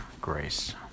grace